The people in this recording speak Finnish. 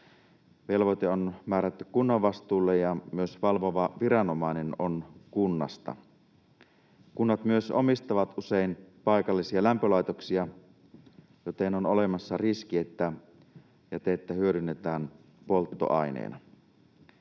Velvoite on määrätty kunnan vastuulle, ja myös valvova viranomainen on kunnasta. Kunnat myös omistavat usein paikallisia lämpölaitoksia, joten on olemassa riski, että jätettä hyödynnetään polttoaineena.